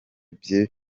bye